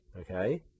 okay